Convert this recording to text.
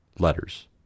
Letters